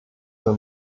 für